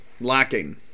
lacking